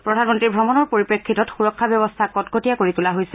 প্ৰধানমন্নীৰ ভ্ৰমণৰ পৰিপ্ৰেক্ষিতত সুৰক্ষা ব্যৱস্থা কটকটীয়া কৰি তোলা হৈছে